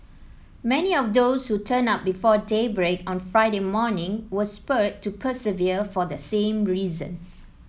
many of those who turned up before daybreak on Friday morning was spurred to persevere for the same reason